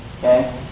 Okay